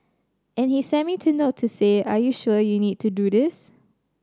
and he sent me to note to say are you sure you need to do this